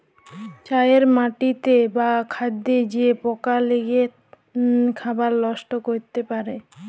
চাষের মাটিতে বা খাদ্যে যে পকা লেগে খাবার লষ্ট ক্যরতে পারে